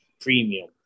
premium